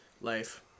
life